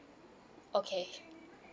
okay